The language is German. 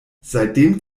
seitdem